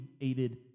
aided